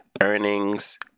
earnings